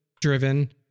driven